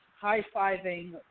high-fiving